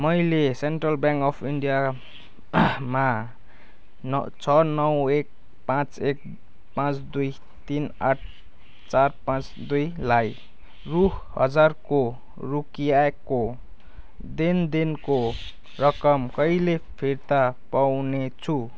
मैले Central Bank of India मा छ नौ एक पाँच एक पाँच दुई तिन आठ चार पाँच दुई लाई रु हजारको रोकिएको दैनन्दिनीको रकम कहिले फिर्ता पाउनेछु